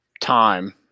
time